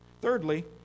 Thirdly